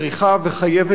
שילכו לשירות אזרחי.